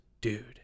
dude